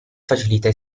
facilità